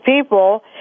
people